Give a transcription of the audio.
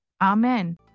amen